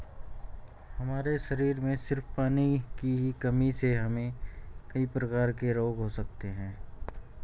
हमारे शरीर में सिर्फ पानी की ही कमी से हमे कई प्रकार के रोग हो सकते है